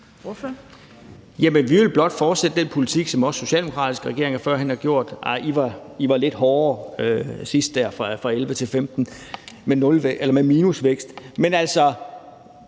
vi vil blot fortsætte den politik, som også socialdemokratiske regeringer førhen har gjort – nej, I var lidt hårdere der sidst fra 2011 til 2015 med minusvækst.